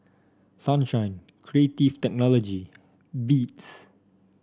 Sunshine Creative Technology Beats